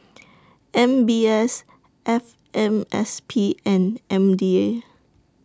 M B S F M S P and M D A